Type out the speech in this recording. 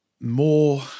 more